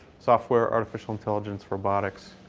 software, artificial intelligence, robotics.